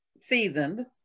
seasoned